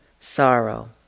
sorrow